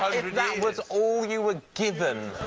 that was all you were given